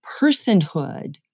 personhood